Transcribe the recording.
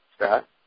Scott